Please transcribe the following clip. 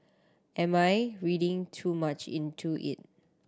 am I reading too much into it